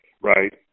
Right